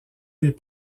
les